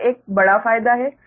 यह एक बड़ा फायदा है